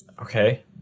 Okay